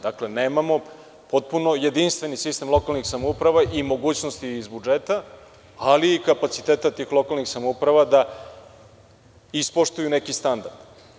Dakle, nemamo jedinstveni sistem lokalnih samouprava i mogućnosti iz budžeta, ali i kapaciteta tih lokalnih samouprava da ispoštuju neki standard.